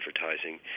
advertising